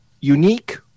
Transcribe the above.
unique